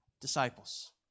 disciples